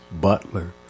Butler